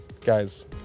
Guys